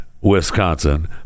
wisconsin